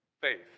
faith